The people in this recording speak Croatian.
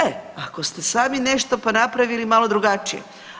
E, ako ste sami nešto pa napravili malo drugačije.